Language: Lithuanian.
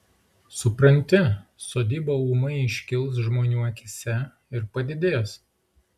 supranti sodyba ūmai iškils žmonių akyse ir padidės